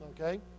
okay